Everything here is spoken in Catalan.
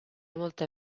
molta